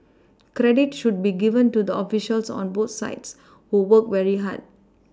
credit should be given to the officials on both sides who worked very hard